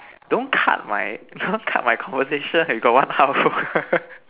don't cut my don't cut my conversation we got one hour